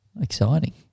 Exciting